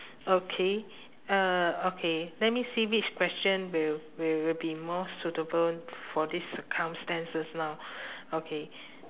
okay uh okay let me see which question will will will be more suitable for these circumstances now okay